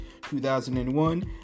2001